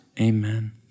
Amen